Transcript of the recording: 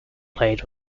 played